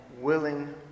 willing